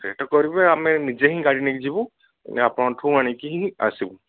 ସେଇଟା କରିବେ ଆମେ ନିଜେ ହିଁ ଗାଡ଼ି ନେଇକି ଯିବୁ ଆପଣଙ୍କଠାରୁ ଆଣିକି ହିଁ ଆସିବୁ